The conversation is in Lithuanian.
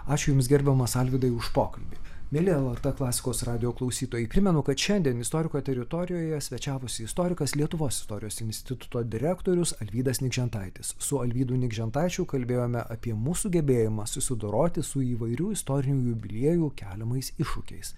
aš jums gerbiamas arvydai už pokalbį mieli lrt klasikos radijo klausytojai primenu kad šiandien istoriko teritorijoje svečiavosi istorikas lietuvos istorijos instituto direktorius alvydas nikžentaitis su alvydu nikžentaičiu kalbėjome apie mūsų gebėjimą susidoroti su įvairių istorinių jubiliejų keliamais iššūkiais